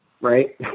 right